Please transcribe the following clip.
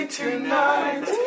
tonight